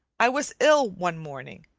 i was ill one morning,